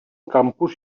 campus